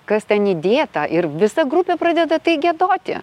kas ten įdėta ir visa grupė pradeda tai giedoti